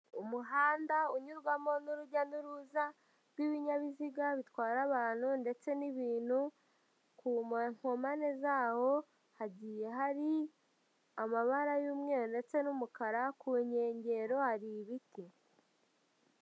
Umuhanda unyurwamo n'urujya n'uruza rw'ibinyabiziga bitwara abantu ndetse n'ibintu, ku nkomane zawo, hagiye hari amabara y'umweru ndetse n'umukara, ku nkengero hari ibiti.